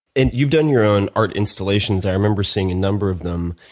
and you've done your own art instillations. i remember seeing a number of them.